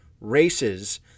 races